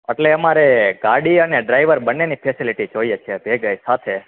એટલે અમારે ગાડી અને ડ્રાઈવર બંનેની ફેસીલીટી જોઈએ છે ભેગાય સાથે